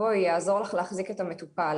בואי אני אעזור לך להחזיק את המטופל.